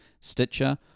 Stitcher